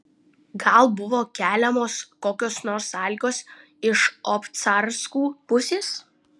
gal buvo keliamos kokios nors sąlygos iš obcarskų pusės